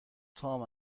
تام